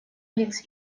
лиц